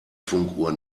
funkuhr